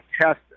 test